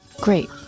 Great